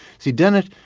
see dennett,